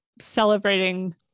celebrating